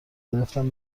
گرفتم